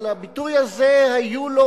אבל הביטוי הזה היו לו